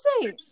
say